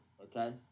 okay